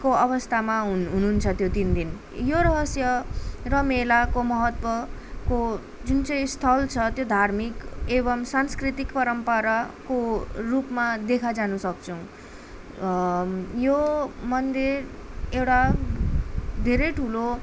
को अवस्थामा हुनु हुनुहुन्छ त्यो तिन दिन यो रहस्य र मेलाको महत्वको जुन चाहिँ स्थल छ त्यो धार्मिक एवम् सांस्कृतिक परम्पराको रूपमा देखाजानु सक्छौँ यो मन्दिर एउटा धेरै ठुलो